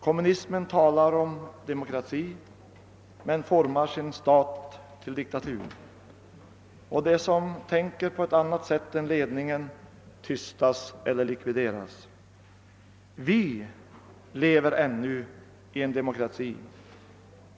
Kommunismen talar om demokrati men formar alltid staten till diktatur. De som tänker på ett annat sätt än ledningen tystas eiler likvideras. Vi lever ännu i en demokrati.